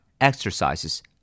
Exercises